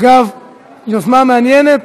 אגב, יוזמה מעניינת,